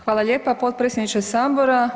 Hvala lijepa potpredsjedniče Sabora.